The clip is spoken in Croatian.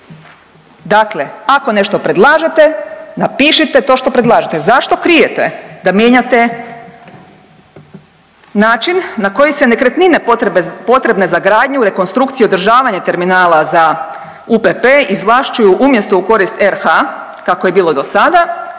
Dakle, ako nešto predlažete napišite to što predlažete. Zašto krijete da mijenjate način na koji se nekretnine potrebne za gradnju, rekonstrukciju, održavanje terminala za UPP-e izvlašćuju umjesto u korist RH kako je bilo do sada